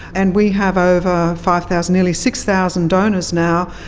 and we have over five thousand, nearly six thousand donors now,